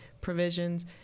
provisions